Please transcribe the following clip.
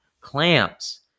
Clamps